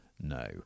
no